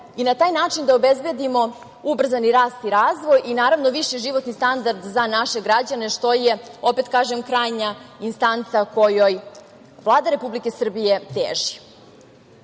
i na taj način da obezbedimo ubrzani rast i razvoj i viši životni standard za naše građane, što je, opet kažem, krajnja instanca kojoj Vlada Republike Srbije teži. Kada